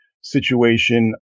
situation